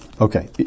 Okay